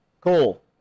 cool